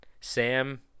Sam